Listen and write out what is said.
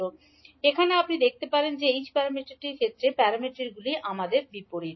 t এখানে আপনি দেখতে পাবেন যে H প্যারামিটারের ক্ষেত্রে প্যারামিটারগুলি আমাদের বিপরীত